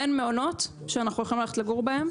אין מעונות שאנחנו יכולים ללכת לגור בהם.